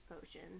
potion